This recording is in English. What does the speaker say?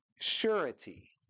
surety